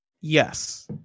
Yes